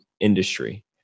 industry